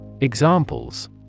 Examples